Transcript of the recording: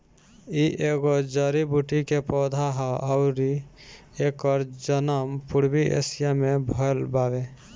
इ एगो जड़ी बूटी के पौधा हा अउरी एकर जनम पूर्वी एशिया में भयल बावे